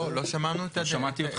לא שמענו אותך,